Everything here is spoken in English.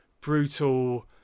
brutal